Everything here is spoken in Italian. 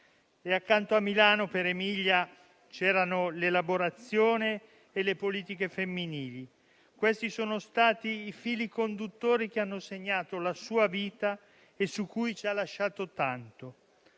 Accanto a Milano per Emilia c'era l'elaborazione delle politiche femminili, che è stato il filo conduttore che ha segnato la sua vita e su cui ci ha lasciato tanto.